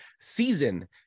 season